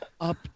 up